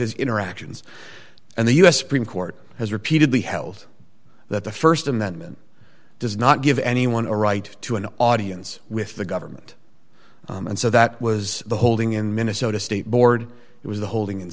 his interactions and the u s supreme court has repeatedly held that the st amendment does not give anyone a right to an audience with the government and so that was the holding in minnesota state board it was the holding in